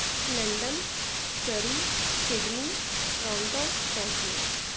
London Surrey Sydney Toronto Tokyo